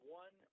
one